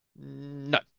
No